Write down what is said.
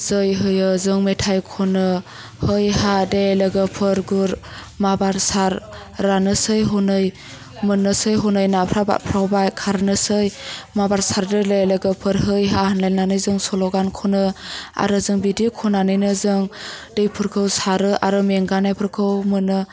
जै होयो जों मेथाइ खन्नो फै हा दे लोगोफोर गुर माबार सार रान्नोसै हनै मोनसै हनै नाफ्रा बादफ्रावबाय खारनोसै माबार सोरदो दे लोगोफोर है हा होनलायनानै जों सल' गान खनो आरो जों बिदि खनानैनो जों दैफोरखौ सारो आरो मेंगानायफोरखौ मोनो